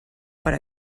per